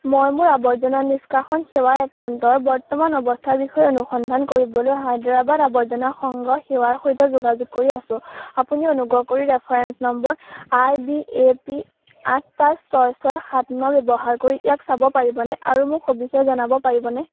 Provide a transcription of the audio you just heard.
মই মোৰ আৱৰ্জনা নিষ্কাশন সেৱা একাউণ্টৰ বৰ্তমান অৱস্থাৰ বিষয়ে অনুসন্ধান কৰিবলৈ হায়দৰাবাদ আৱৰ্জনা সংগ্ৰহ সেৱাৰ সৈতে যোগাযোগ কৰি আছোঁ আপুনি অনুগ্ৰহ কৰি reference number I B A P আঠ পাঁচ ছয় ছয় সাত ন ব্যৱহাৰ কৰি ইয়াক চাব পাৰিবনে আৰু মোক সবিশেষ জনাব পাৰিবনে